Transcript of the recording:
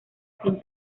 sin